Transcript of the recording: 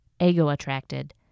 ego-attracted